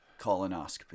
colonoscopy